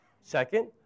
Second